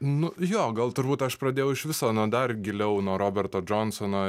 nu jo gal turbūt aš pradėjau iš viso nuo dar giliau nuo roberto džonsono